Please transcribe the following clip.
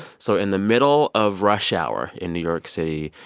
so in the middle of rush hour in new york city,